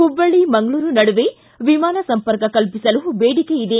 ಹುಬ್ಬಳ್ಳಿ ಮಂಗಳೂರು ನಡುವೆ ವಿಮಾನ ಸಂಪರ್ಕ ಕಲ್ಪಿಸಲು ಬೇಡಿಕೆ ಇದೆ